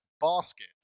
basket